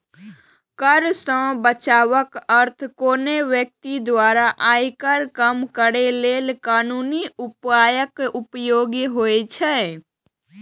कर सं बचावक अर्थ कोनो व्यक्ति द्वारा आयकर कम करै लेल कानूनी उपायक उपयोग होइ छै